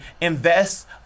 invest